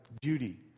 duty